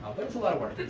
but it's a lot of work.